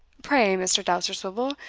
pray, mr. dousterswivel,